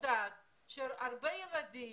יודעת שהרבה ילדים